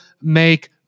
make